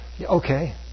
Okay